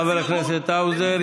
תודה לחבר הכנסת האוזר.